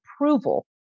approval